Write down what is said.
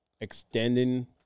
extending